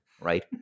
right